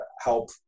help